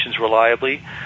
reliably